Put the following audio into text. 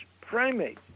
primate